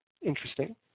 Interesting